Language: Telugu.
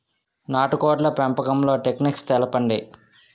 నాటుకోడ్ల పెంపకంలో టెక్నిక్స్ తెలుపండి?